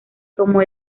como